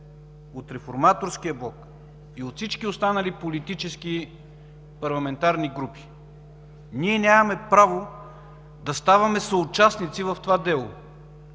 от Реформаторския блок и от всички останали политически парламентарни групи, ние нямаме право да ставаме съучастници в това дело.